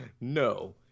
No